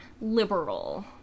liberal